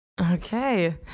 Okay